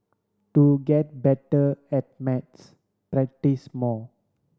to get better at maths practise more